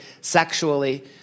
sexually